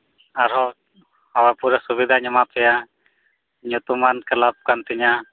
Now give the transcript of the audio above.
ᱟᱨᱦᱚᱸ ᱟᱵᱟᱨ ᱯᱩᱟᱨᱹ ᱥᱩᱵᱤᱫᱷᱟᱧ ᱮᱢᱟᱯᱮᱭᱟ ᱧᱩᱛᱩᱢᱟᱱ ᱠᱞᱟᱵᱽᱠᱟᱱ ᱛᱤᱧᱟᱹ